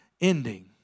ending